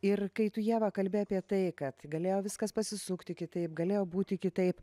ir kai tu ieva kalbi apie tai kad galėjo viskas pasisukti kitaip galėjo būti kitaip